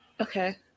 Okay